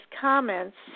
comments